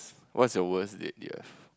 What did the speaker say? what's you worst date you have